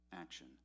action